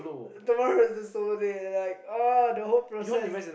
tomorrow is the solo day like oh the whole process